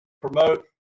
promote